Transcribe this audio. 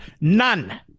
none